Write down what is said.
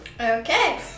Okay